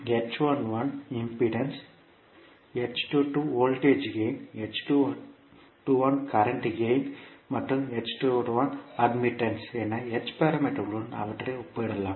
h11 மின்மறுப்பு h12 voltage gain h21 current gain மற்றும் h22 ஒப்புதல் என h பாராமீட்டர்களுடன் அவற்றை ஒப்பிடலாம்